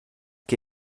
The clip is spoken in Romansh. che